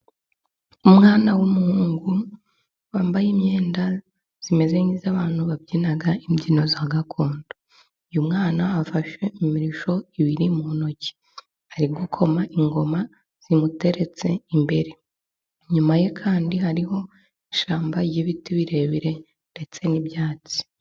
Umwana w'umuhungu wambaye imyenda imeze nk'iy'abantu babyina imbyino za gakondo .Uyu mwana afashe imirishyo ibiri mu ntoki ari gukoma ingoma zimuteretse imbere ,inyuma ye kandi hariho ishyamba ry'ibiti birebire ndetse n'ibyatsi.